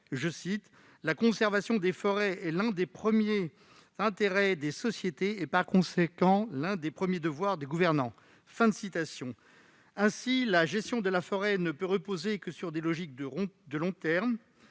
déjà :« La conservation des forêts est l'un des premiers intérêts des sociétés et, par conséquent, l'un des premiers devoirs des gouvernements. » Ainsi, la gestion de forêts ne peut reposer que sur des logiques de long terme,